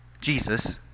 Jesus